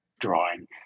drawing